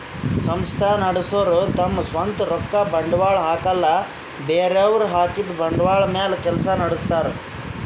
ಸಂಸ್ಥಾ ನಡಸೋರು ತಮ್ ಸ್ವಂತ್ ರೊಕ್ಕ ಬಂಡ್ವಾಳ್ ಹಾಕಲ್ಲ ಬೇರೆಯವ್ರ್ ಹಾಕಿದ್ದ ಬಂಡ್ವಾಳ್ ಮ್ಯಾಲ್ ಕೆಲ್ಸ ನಡಸ್ತಾರ್